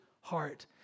heart